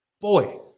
Boy